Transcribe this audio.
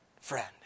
friend